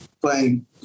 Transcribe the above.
playing